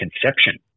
conception